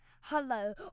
Hello